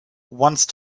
once